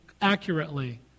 accurately